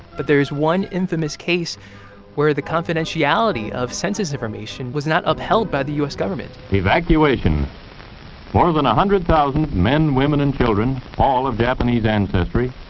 but there's one infamous case where the confidentiality of census information was not upheld by the u s. government evacuations more than one hundred thousand men, women and children, all of japanese ancestry,